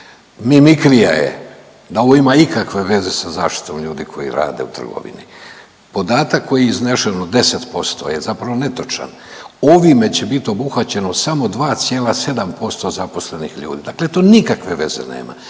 Mimikrija je da ovo ima ikakve veze sa zaštitom ljudi koji rade u trgovini. Podatak koji je iznesen u 10% je zapravo netočan, ovime će bit obuhvaćeno samo 2,7% zaposlenih ljudi, dakle to nikakve veze nema.